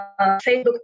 Facebook